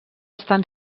estan